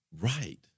Right